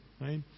right